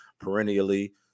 perennially